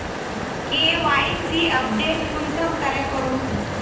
KYC update कुंसम करे करूम?